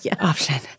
option